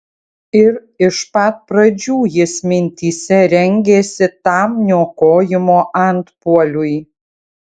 ir iš pat pradžių jis mintyse rengėsi tam niokojimo antpuoliui